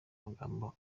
magambo